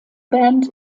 band